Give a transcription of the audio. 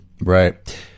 Right